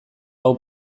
hau